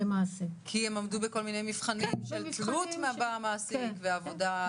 כי הם עמדו בכל מיני מבחנים של תלות במעסיק ועבודה ספציפית.